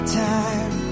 time